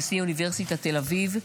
נשיא אוניברסיטת תל אביב.